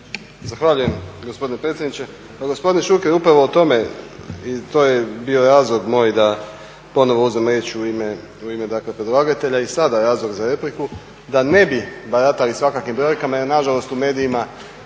Zahvaljujem gospodine predsjedniče.